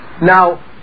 Now